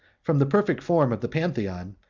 from the perfect form of the pantheon,